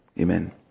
Amen